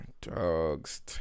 Dog's